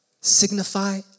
signify